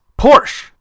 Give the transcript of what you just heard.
Porsche